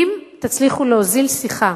אם תצליחו להוזיל שיחה,